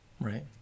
Right